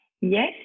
Yes